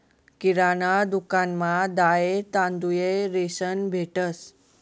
किराणा दुकानमा दाय, तांदूय, रेशन भेटंस